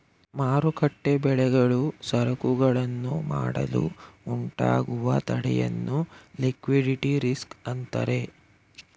ಮಾರುಕಟ್ಟೆ ಬೆಲೆಗಳು ಸರಕುಗಳನ್ನು ಮಾಡಲು ಉಂಟಾಗುವ ತಡೆಯನ್ನು ಲಿಕ್ವಿಡಿಟಿ ರಿಸ್ಕ್ ಅಂತರೆ